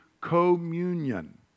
communion